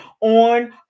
on